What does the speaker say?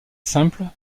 simple